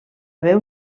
veu